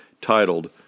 titled